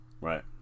Right